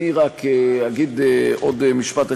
אני רק אגיד עוד משפט אחד.